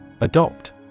Adopt